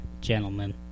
gentlemen